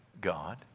God